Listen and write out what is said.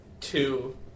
two